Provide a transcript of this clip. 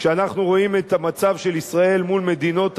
כשאנחנו רואים את המצב של ישראל מול מדינות העולם,